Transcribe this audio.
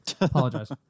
Apologize